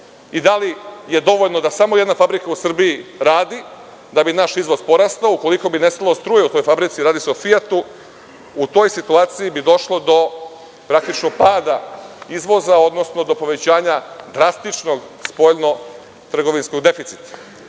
i da li je dovoljno da samo jedna fabrika u Srbiji radi da bi naš izvoz porastao? Ukoliko bi nestalo struje u toj fabrici, a radi se o „Fijatu“, u toj situaciji bi došlo do praktično pada izvoza, odnosno do drastičnog povećanja spoljnotrgovinskog deficita. Sve